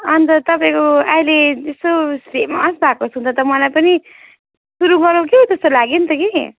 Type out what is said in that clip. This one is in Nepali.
अनि त तपाईँको अहिले यस्तो फेमस भएको सुन्दा त मलाई पनि सुरु गरौँ कि जस्तो लाग्यो नि त कि